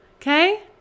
Okay